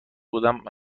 بودم